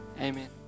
Amen